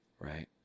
right